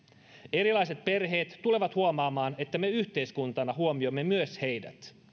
erilaiset perheet tulevat huomaamaan että me yhteiskuntana huomioimme myös heidät